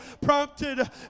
prompted